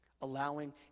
Allowing